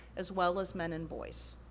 as well as men and boys.